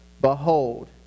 Behold